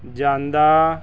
ਜਾਂਦਾ